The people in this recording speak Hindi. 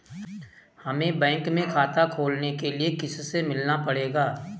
हमे बैंक में खाता खोलने के लिए किससे मिलना पड़ेगा?